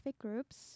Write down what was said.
groups